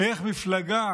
איך מפלגה